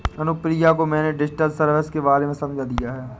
अनुप्रिया को मैंने digital service के बारे में समझा दिया है